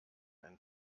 and